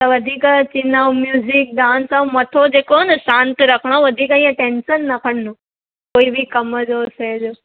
त वधीक चिनाउ म्युझीक डांस ऐं मथो जेको आहे न शांत रखिणो वधीक इअं टेंसन न खणणियूं कोई बि कम जो शइ जो